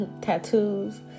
tattoos